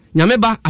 Nyameba